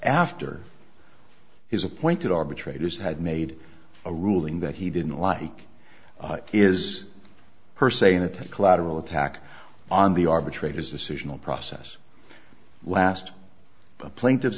after his appointed arbitrators had made a ruling that he didn't like is per se that the collateral attack on the arbitrator's decision or process last the plaintiff